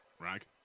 rag